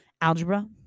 Algebra